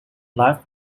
live